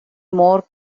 more